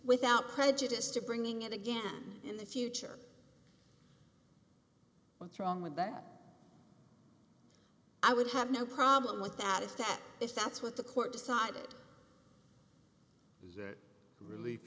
without prejudice to bringing it again in the future what's wrong with that i would have no problem with that is that if that's what the court decided that re